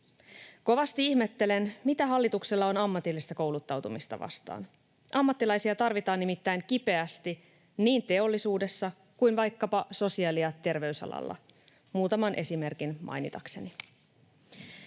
Kovasti ihmettelen, mitä hallituksella on ammatillista kouluttautumista vastaan. Ammattilaisia tarvitaan nimittäin kipeästi niin teollisuudessa kuin vaikkapa sosiaali- ja terveysalalla, muutaman esimerkin mainitakseni.